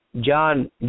John